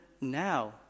now